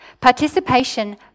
Participation